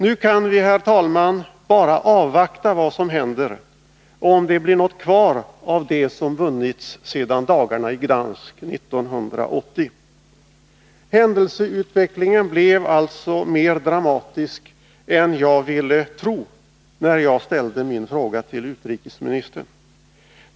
Nu kan vi, herr talman, bara avvakta vad som händer — om det blir något kvar av det som vunnits sedan dagarna i Gdansk 1980. Händelseutvecklingen blev alltså mer dramatisk än jag ville tro, när jag ställde min fråga till utrikesministern.